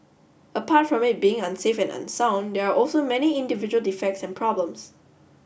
apart from it being unsafe and unsound there are also many individual defects and problems